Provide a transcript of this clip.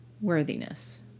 worthiness